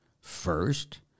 first